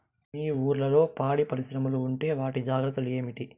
మీ ఊర్లలో పాడి పరిశ్రమలు ఉంటే వాటి జాగ్రత్తలు ఏమిటి